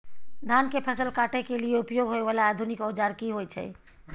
धान के फसल काटय के लिए उपयोग होय वाला आधुनिक औजार की होय छै?